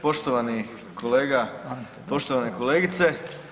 Poštovani kolega, poštovane kolegice.